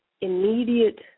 immediate